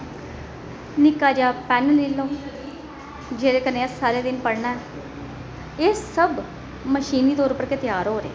निक्का जेहा पैन लेई लो जेहदे कन्नै अस सारे दिन पढ़ना एह् सब मशीनी तौर उप्पर गै त्यार होआ दा ऐ